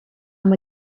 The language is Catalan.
amb